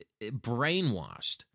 brainwashed